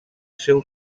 seu